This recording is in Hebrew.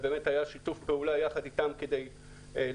ובאמת היה שיתוף פעולה יחד איתם כדי ליצור